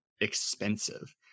expensive